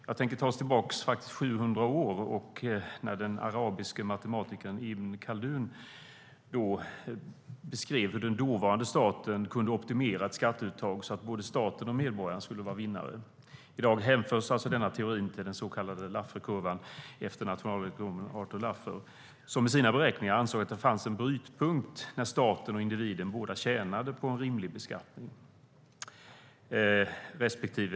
Jag tänker ta oss tillbaka 700 år till när den arabiske matematikern Ibn Khaldun beskrev hur den dåvarande staten kunde optimera ett skatteuttag så att både staten och medborgarna skulle vara vinnare.I dag hänförs denna teori till den så kallade Lafferkurvan, efter nationalekonomen Arthur Laffer. Han ansåg i sina beräkningar att det fanns en brytpunkt när staten och individen båda tjänade på en rimlig beskattning.